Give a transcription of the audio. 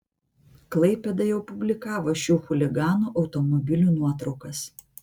klaipėda jau publikavo šių chuliganų automobilių nuotraukas